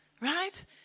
Right